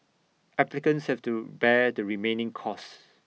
applicants have to bear the remaining costs